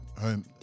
home